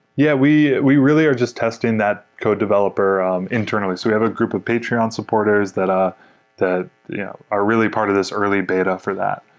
yeah. we we really are just testing that code developer um internally. so we have a group of patreon supporters that are that yeah are really part of this early beta for that.